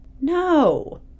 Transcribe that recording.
No